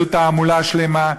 ועשו תעמולה שלמה.